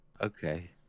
Okay